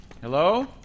Hello